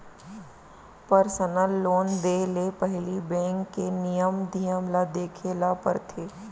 personal loan देय ले पहिली बेंक के नियम धियम ल देखे ल परथे